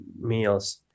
meals